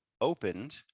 opened